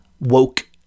woke